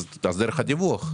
אז דרך הדיווח.